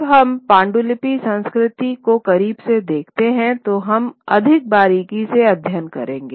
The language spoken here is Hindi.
जब हम पांडुलिपि संस्कृति को करीब से देखते हैं तो हम अधिक बारीकी से अध्ययन करेंगे